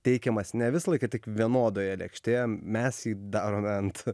teikiamas ne visą laiką tik vienodoje lėkštėje mes jį darome ant